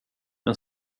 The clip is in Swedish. men